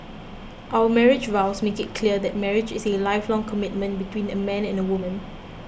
our marriage vows make it clear that marriage is a lifelong commitment between a man and a woman